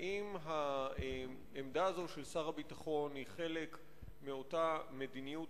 האם העמדה הזו של שר הביטחון היא חלק מאותה מדיניות